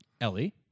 Ellie